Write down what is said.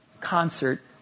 concert